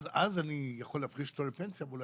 אז אני יכול להפריש אותו לפנסיה ויכול